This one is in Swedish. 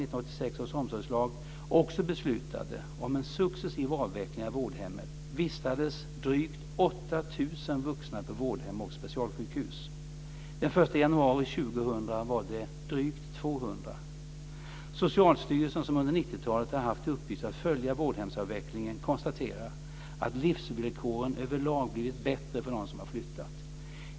talet har haft till uppgift att följa vårdhemsavvecklingen konstaterar att livsvillkoren överlag blivit bättre för dem som har flyttat.